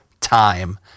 time